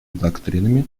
доктринами